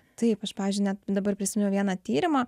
taip aš pavyzdžiui net dabar prisiminiau vieną tyrimą